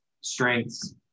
strengths